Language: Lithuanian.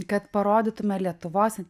kad parodytume lietuvos